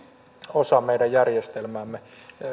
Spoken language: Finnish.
osa meidän järjestelmäämme